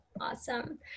Awesome